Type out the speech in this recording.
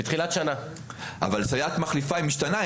בתחילת שנה אבל סייעת מחליפה משתנה.